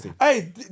Hey